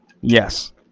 yes